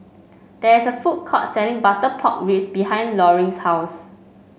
there is a food court selling Butter Pork Ribs behind Loring's house